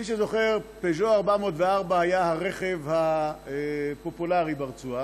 מי שזוכר פז'ו 404, היה הרכב הפופולרי ברצועה,